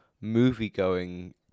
movie-going